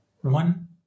one